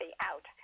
out